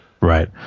Right